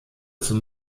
zum